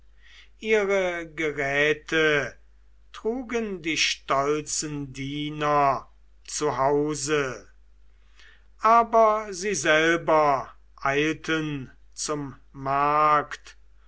ihre geräte trugen die stolzen diener zu hause aber sie selber eilten zum markt